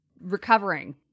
Recovering